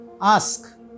Ask